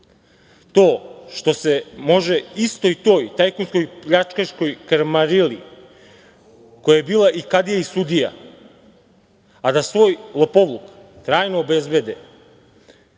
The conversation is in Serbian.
to što se može istoj toj tajkunskoj pljačkaškoj kamarili, koja je bila i kadija i sudija, a da svoj lopovluk trajno obezbede,